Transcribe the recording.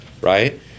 right